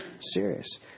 serious